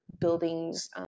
building's